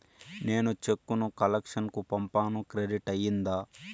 నేను చెక్కు ను కలెక్షన్ కు పంపాను క్రెడిట్ అయ్యిందా